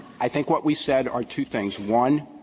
i think what we said are two things. one,